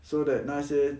so that 那些